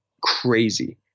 crazy